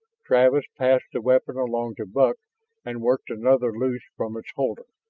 travis passed the weapon along to buck and worked another loose from its holder.